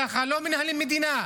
ככה לא מנהלים מדינה.